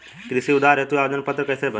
कृषि उधार हेतु आवेदन पत्र कैसे भरें?